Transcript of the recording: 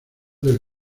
del